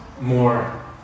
more